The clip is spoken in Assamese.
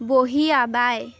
বঢ়িয়া বাই